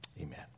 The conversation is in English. amen